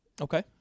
Okay